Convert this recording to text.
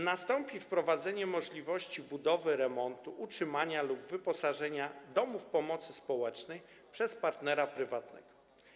Nastąpi wprowadzenie możliwości budowy, remontu, utrzymania lub wyposażenia domów pomocy społecznej przez partnera prywatnego.